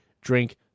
drink